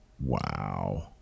Wow